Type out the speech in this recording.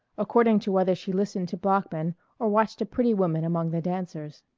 according to whether she listened to bloeckman or watched a pretty woman among the dancers.